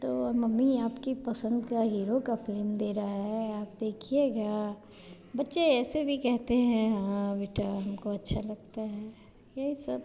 तो मम्मी आपकी पसन्द के हीरो का फ़िल्म दे रहा है आप देखिएगा बच्चे ऐसे भी कहते हैं हाँ बेटा हमको अच्छा लगता है यही सब